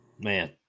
Man